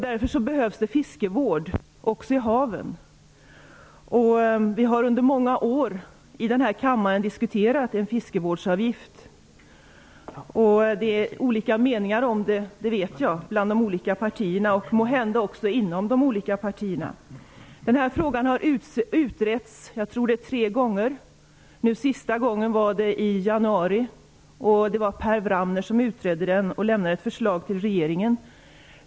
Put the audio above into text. Därför behövs det fiskevård också i haven. Vi har under många år i denna kammare diskuterat en fiskevårdsavgift. Jag vet att det finns olika meningar bland de olika partierna och måhända också inom de olika partierna. Jag tror att frågan har utretts tre gånger. Senaste gången var i januari. Det var Per Wramner som utredde och lämnade ett förslag till regeringen.